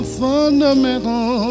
fundamental